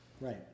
Right